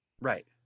Right